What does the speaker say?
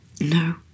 No